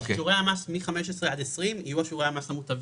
שיעורי המס, מ-15 עד 20 יהיו שיעורי המס המוטבים.